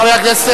חבר הכנסת,